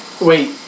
Wait